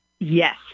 Yes